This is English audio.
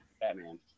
Batman